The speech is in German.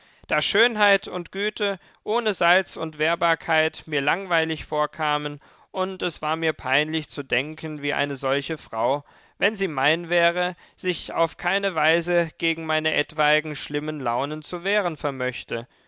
da schönheit und güte ohne salz und wehrbarkeit mir langweilig vorkamen und es war mir peinlich zu denken wie eine solche frau wenn sie mein wäre sich auf keine weise gegen meine etwaigen schlimmen launen zu wehren vermöchte